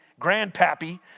grandpappy